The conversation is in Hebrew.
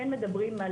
כן מדברים,